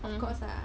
of course lah